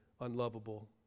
unlovable